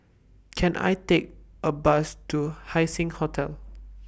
Can I Take A Bus to Haising Hotel